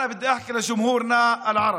(אומר דברים בשפה הערבית,